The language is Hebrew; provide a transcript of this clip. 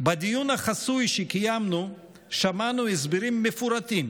בדיון החסוי שקיימנו שמענו הסברים מפורטים